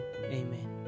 Amen